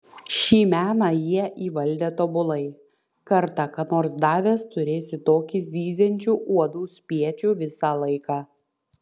šį meną jie įvaldę tobulai kartą ką nors davęs turėsi tokį zyziančių uodų spiečių visą laiką